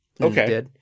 Okay